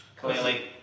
Clearly